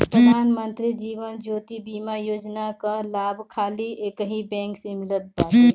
प्रधान मंत्री जीवन ज्योति बीमा योजना कअ लाभ खाली एकही बैंक से मिलत बाटे